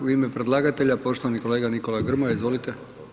U ime predlagatelja, poštovani kolega Nikola Grmoja, izvolite.